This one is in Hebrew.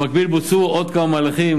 במקביל בוצעו עוד כמה מהלכים,